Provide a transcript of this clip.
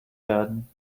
werden